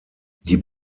die